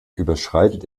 überschreitet